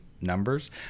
numbers